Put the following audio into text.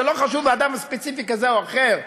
ולא חשוב אדם ספציפי כזה או אחר,